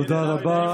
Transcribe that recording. תודה רבה.